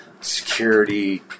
security